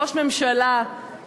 ראש ממשלה,